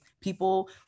People